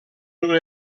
una